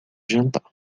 jantar